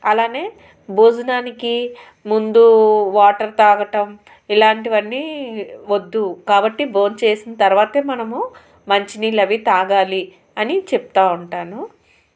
అలానే భోజనానికి ముందు వాటర్ తాగటం ఇలాంటివన్నీ వద్దు కాబట్టి భోంచేసిన తర్వాతే మనము మంచినీళ్లు అవి తాగాలి అని చెప్తూ ఉంటాను